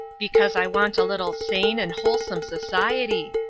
because i want a little sane and wholesome society,